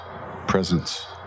presence